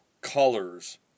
colors